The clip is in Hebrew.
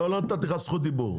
לא, לא נתתי לך זכות דיבור.